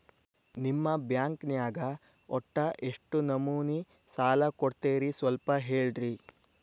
ನಿಮ್ಮ ಬ್ಯಾಂಕ್ ನ್ಯಾಗ ಒಟ್ಟ ಎಷ್ಟು ನಮೂನಿ ಸಾಲ ಕೊಡ್ತೇರಿ ಸ್ವಲ್ಪ ಹೇಳ್ರಿ